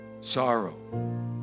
sorrow